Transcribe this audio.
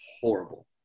horrible